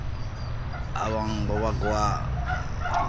ᱮᱵᱚᱝ ᱵᱟᱵᱟ ᱜᱚᱣᱟᱜ